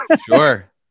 Sure